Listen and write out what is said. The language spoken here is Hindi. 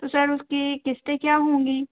तो सर उसकी किस्ते क्या होंगी